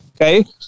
Okay